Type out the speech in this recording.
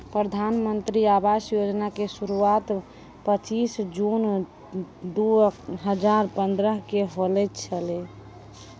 प्रधानमन्त्री आवास योजना के शुरुआत पचीश जून दु हजार पंद्रह के होलो छलै